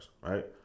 right